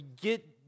get